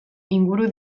inguru